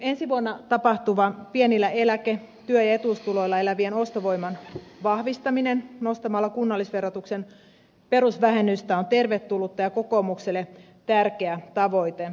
ensi vuonna tapahtuva pienillä eläke työ ja etuustuloilla elävien ostovoiman vahvistaminen nostamalla kunnallisverotuksen perusvähennystä on tervetullutta ja kokoomukselle tärkeä tavoite